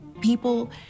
People